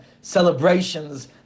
celebrations